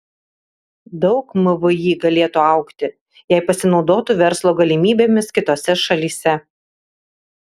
daug mvį galėtų augti jei pasinaudotų verslo galimybėmis kitose šalyse